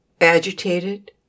agitated